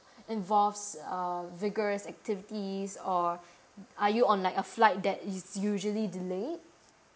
involves uh vigorous activities or are you on like a flight that is usually delayed